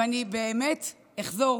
ואני באמת אחזור